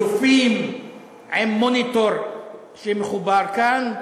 צופים עם מוניטור שמחובר כאן,